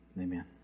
Amen